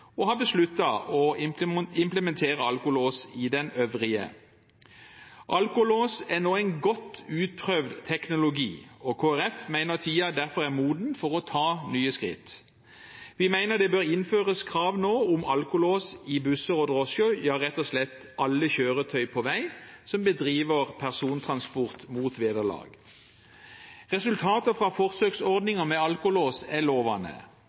og har besluttet å implementere alkolås i den øvrige. Alkolås er nå en godt utprøvd teknologi. Kristelig Folkeparti mener tiden derfor er moden for å ta nye skritt. Vi mener det nå bør innføres krav om alkolås i busser og i drosjer, ja rett og slett i alle kjøretøyer på vei som bedriver persontransport mot vederlag. Resultatet fra forsøksordningen med alkolås er